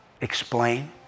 explain